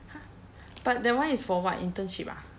!huh! but that one is for what internship ah